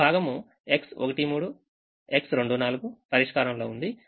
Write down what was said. ఒక భాగం X13 X24 పరిష్కారంలో ఉంది